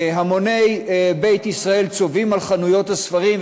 המוני בית ישראל צובאים על חנויות הספרים,